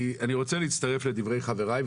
אני רוצה להצטרף לדברי חבריי,